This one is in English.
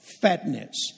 fatness